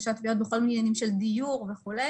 הגשת תביעות בכל העניינים של דיור וכו'.